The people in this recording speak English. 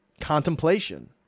contemplation